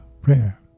prayer